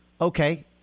Okay